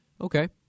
okay